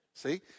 See